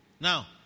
Now